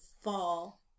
fall